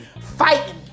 fighting